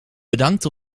bedankt